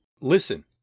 Listen